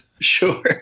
sure